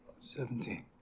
Seventeen